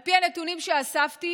על פי נתונים שאספתי,